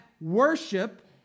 worship